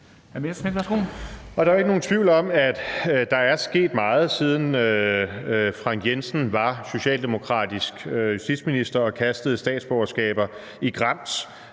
Der er jo ikke nogen tvivl om, at der er sket meget, siden Frank Jensen var socialdemokratisk justitsminister og kastede statsborgerskaber i grams